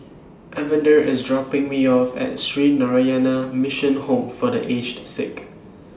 Evander IS dropping Me off At Sree Narayana Mission Home For The Aged Sick